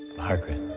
margaret,